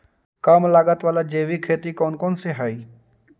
कम लागत वाला जैविक खेती कौन कौन से हईय्य?